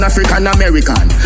African-American